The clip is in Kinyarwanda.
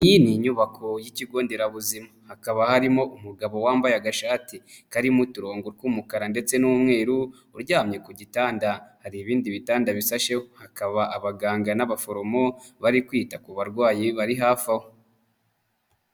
Iyi ni nyubako y'ikigonderabuzima hakaba harimo umugabo wambaye agashati karimo uturongo tw'umukara ndetse n'umweru uryamye ku gitanda. Hari ibindi bitanda bifashe hakaba abaganga n'abaforomo bari kwita ku barwayi bari hafi aho.